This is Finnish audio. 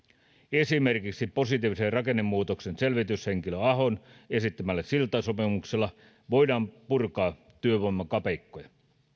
esimerkiksi positiivisen rakennemuutoksen selvityshenkilö ahon esittämällä siltasopimuksella voidaan purkaa työvoimakapeikkoja